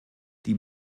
die